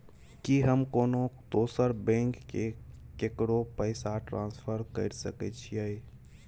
की हम कोनो दोसर बैंक से केकरो पैसा ट्रांसफर कैर सकय छियै?